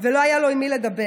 ולא היה לו עם מי לדבר.